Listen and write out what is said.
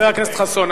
חבר הכנסת חסון,